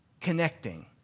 connecting